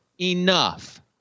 enough